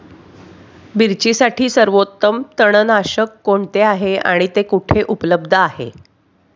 मिरचीसाठी सर्वोत्तम तणनाशक कोणते आहे आणि ते कुठे उपलब्ध आहे?